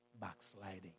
backsliding